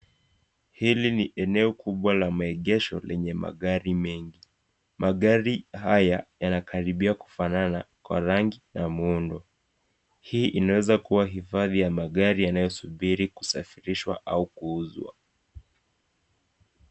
Hili ni eneo kubwa la maegesho lenye magari mengi. Magari haya yanakaribia kufanana kwa rangi na muundo. Hii inaweza kuwa hifadhi ya magari yanayosubiri kusafirishwa au kuuzwa.